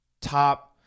Top